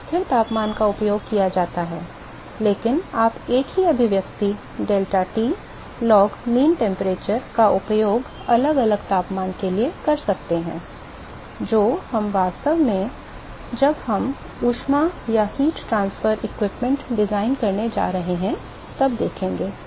एक स्थिर तापमान का उपयोग किया जाता है लेकिन आप एक ही अभिव्यक्ति deltaT log mean temperature का उपयोग अलग अलग तापमान के लिए कर सकते हैं जो हम वास्तव में जब हम ऊष्मा हस्तांतरण उपकरण डिजाइन करने जा रहे हैं देखेंगे